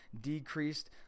decreased